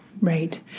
Right